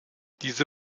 diese